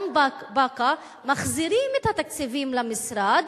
גם באקה, מחזירים את התקציבים למשרד,